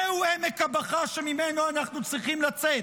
זהו עמק הבכא שממנו אנחנו צריכים לצאת.